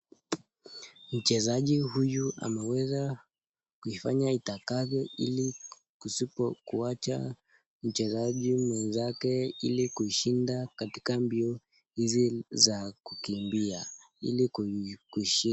Mchezaji huyu ameweza kuifanya itakavyo ili kusipo kuacha mchezaji mwenzake, ili kushinda katika mbio hizi za kukimbia ili kushinda.